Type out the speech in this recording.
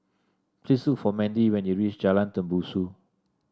please look for Mendy when you reach Jalan Tembusu